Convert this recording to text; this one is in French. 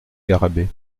garrabet